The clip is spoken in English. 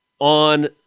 on